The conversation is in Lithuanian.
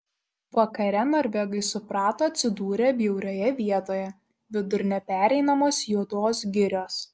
vakare norvegai suprato atsidūrę bjaurioje vietoje vidur nepereinamos juodos girios